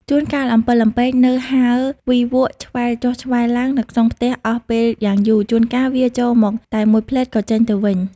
ជួនកាលអំពិលអំពែកនៅហើរវីវក់ឆ្វែលចុះឆ្វែលឡើងនៅក្នុងផ្ទះអស់ពេលយ៉ាងយូរ ជួនកាលវាចូលមកតែមួយភ្លែតក៏ចេញទៅវិញ។